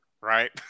right